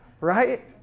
right